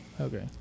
Okay